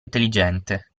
intelligente